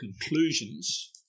conclusions